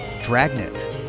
Dragnet